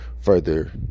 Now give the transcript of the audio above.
further